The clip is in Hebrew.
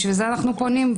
בשביל זה אנחנו פונים.